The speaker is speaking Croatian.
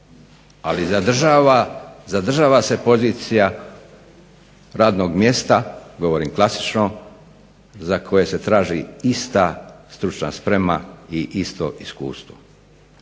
ali zadržava se pozicija radnog mjesta, govorim klasično, za koje se traži ista stručna sprema i isto iskustvo.